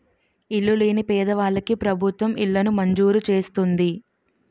ఇల్లు లేని పేదవాళ్ళకి ప్రభుత్వం ఇళ్లను మంజూరు చేస్తుంది